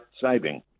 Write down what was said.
saving